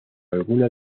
alguna